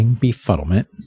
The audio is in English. befuddlement